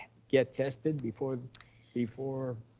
get tested before before